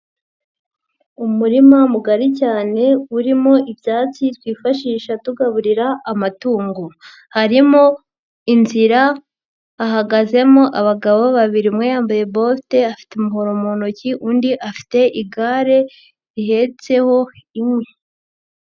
Umurima mugari cyane urimo ibyatsi twifashisha tugaburira amatungo. Harimo inzira hahagazemo abagabo babiri umwe yambaye bote afite umuhoro mu ntoki undi afite igare rihetseho inkwi.